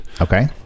Okay